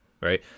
right